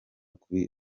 kuri